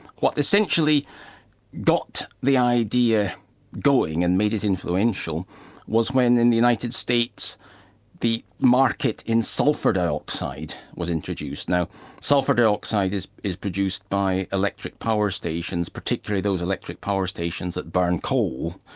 what essentially got the idea going and made it influential was when in the united states the market in sulphur dioxide was introduced. now sulphur dioxide is is produced by electric power stations, particularly those electric power stations that burn coal.